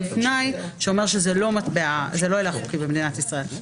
תנאי אומר שזה לא הילך חוקי במדינת ישראל.